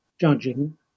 judging